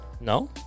No